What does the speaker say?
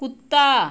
कुत्ता